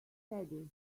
daddy